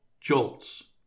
Jolts